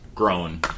grown